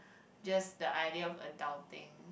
just the idea of adulting